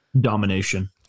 Domination